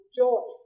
joy